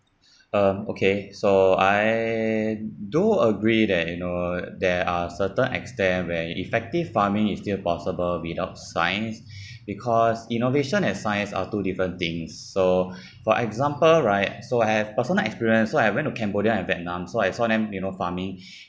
um okay so I do agree that you know there are certain extent where effective farming is still possible without science because innovation and science are two different things so for example right so I have personal experience so I went to cambodia and vietnam so I saw them you know farming